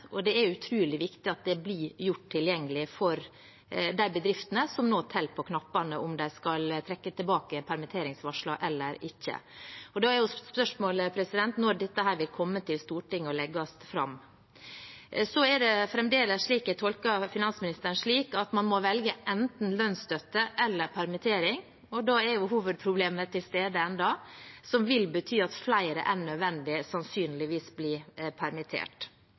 og det er utrolig viktig at det blir gjort tilgjengelig for de bedriftene som nå teller på knappene om de skal trekke tilbake permitteringsvarslene eller ikke. Da er spørsmålet når dette vil komme til Stortinget og bli lagt fram der. Jeg tolker fremdeles finansministeren slik at man må velge enten lønnsstøtte eller permittering. Da er hovedproblemet ennå til stede, noe som vil bety at flere enn nødvendig sannsynligvis blir permittert.